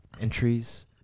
entries